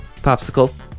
popsicle